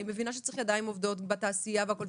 ואני מבינה שצריך ידיים עובדות בתעשייה והכל,